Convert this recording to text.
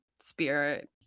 spirit